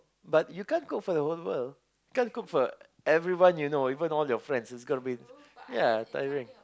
but you can't cook for your whole world can't cook for everyone you know even all your friends is going to be yeah tiring